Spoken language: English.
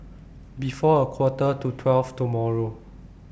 before A Quarter to twelve tomorrow